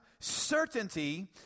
Certainty